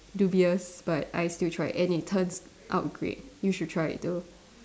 dubious but I still tried and it turns out great you should try it too